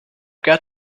got